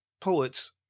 Poets